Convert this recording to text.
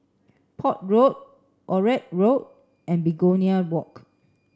Port Road Onraet Road and Begonia Walk